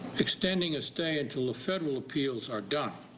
extending a stay until a federal appeals are done,